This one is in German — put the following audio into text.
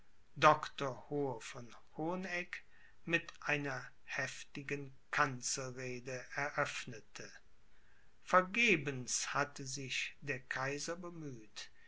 hohe von hohenegg mit einer heftigen kanzelrede eröffnete vergebens hatte sich der kaiser bemüht